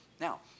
Now